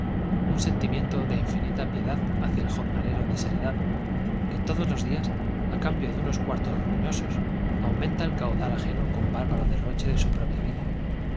un sentimiento de infinita piedad hacia el jornalero desheredado que todos los días á cambio de unos cuartos roñosos aumenta el caudal bárbaro derroche de propia vida